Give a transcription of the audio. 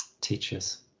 teachers